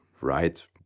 right